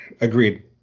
Agreed